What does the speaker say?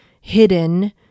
hidden